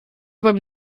beim